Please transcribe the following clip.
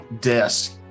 desk